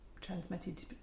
transmitted